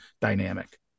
dynamic